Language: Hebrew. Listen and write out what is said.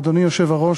אדוני היושב-ראש,